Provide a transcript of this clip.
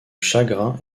chagrin